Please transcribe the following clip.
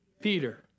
Peter